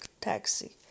taxi